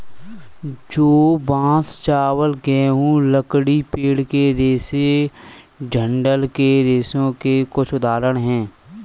जौ, बांस, चावल, गेहूं, लकड़ी, पेड़ के रेशे डंठल के रेशों के कुछ उदाहरण हैं